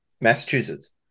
Massachusetts